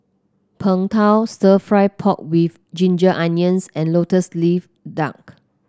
Png Tao stir fry pork with Ginger Onions and lotus leaf duck